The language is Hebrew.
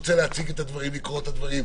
רוצה להציג את הדברים, לקרוא את הדברים.